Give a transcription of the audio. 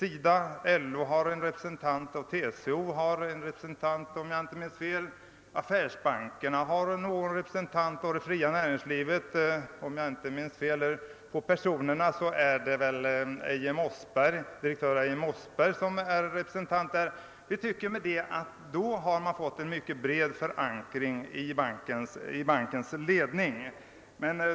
I den sitter representanter för arbetsmarknadsparterna, för LO och TCO, vidare har affärsbankerna någon representant, och om jag inte minns fel på personer representerar direktör Eije Mossberg det privata näringslivet. Jag tycker att bankens ledning därmed har en bred förankring.